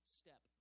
step